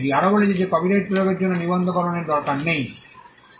এটি আরও বলেছে যে কপিরাইট প্রয়োগের জন্য নিবন্ধকরণের দরকার নেই